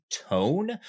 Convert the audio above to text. tone